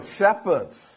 shepherds